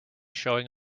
showing